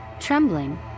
Trembling